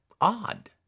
odd